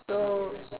so